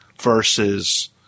versus